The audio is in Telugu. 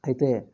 అయితే